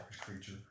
creature